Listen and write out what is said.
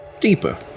deeper